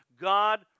God